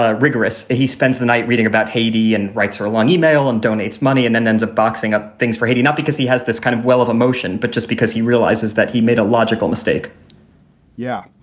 ah rigorous. he spends the night reading about haiti and writes her a long email and donates money and then ends up boxing up things for haiti, not because he has this kind of well of emotion, but just because he realizes that he made a logical mistake yeah.